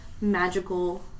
magical